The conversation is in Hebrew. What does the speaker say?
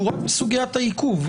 שהוא רק בסוגיית העיכוב,